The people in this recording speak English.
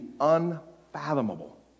unfathomable